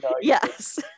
Yes